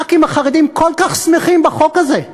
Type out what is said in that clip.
הח"כים החרדים כל כך שמחים בחוק הזה,